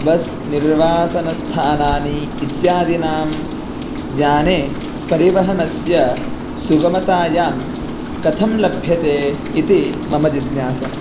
bus निर्वासनस्थानानि इत्यादिनां ज्ञाने परिवहनस्य सुगमतायां कथं लभ्यते इति मम जिज्ञासा